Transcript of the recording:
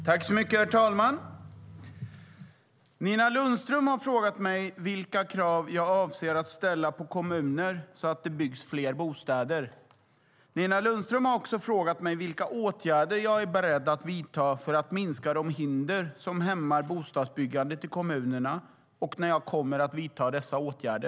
Herr talman! Nina Lundström har frågat mig vilka krav jag avser att ställa på kommuner så att det byggs fler bostäder. Nina Lundström har också frågat mig vilka åtgärder jag är beredd att vidta för att minska de hinder som hämmar bostadsbyggandet i kommunerna och när jag kommer att vidta dessa åtgärder.